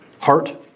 Heart